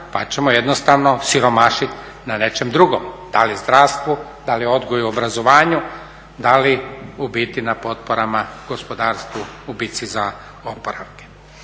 pa ćemo jednostavno siromašiti na nečem drugom. Da li zdravstvu, da li odgoju i obrazovanju, da li u biti na potporama gospodarstvu u bitci za oporavke?